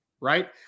right